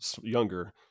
younger